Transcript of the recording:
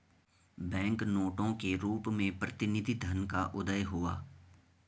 bank नोटों के रूप में प्रतिनिधि धन का उदय हुआ